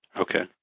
Okay